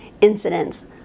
incidents